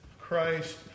Christ